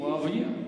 מואבייה.